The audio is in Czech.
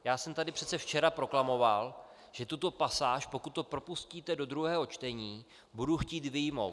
Já jsem tady přece včera proklamoval, že tuto pasáž, pokud to propustíte do druhého čtení, budu chtít vyjmout.